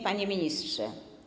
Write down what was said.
Panie Ministrze!